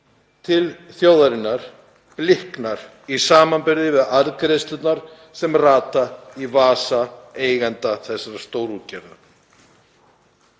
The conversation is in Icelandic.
til þjóðarinnar bliknar í samanburði við arðgreiðslurnar sem rata í vasa eigenda þessara stórútgerða.